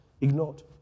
Ignored